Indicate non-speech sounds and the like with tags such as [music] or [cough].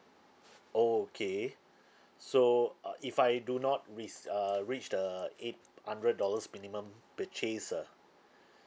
okay [breath] so uh if I do not reac~ err reach the eight hundred dollars minimum purchase ah [breath]